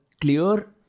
clear